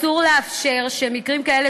אסור לאפשר שמקרים כאלה,